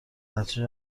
نتیجه